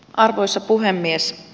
arvoisa puhemies